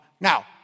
Now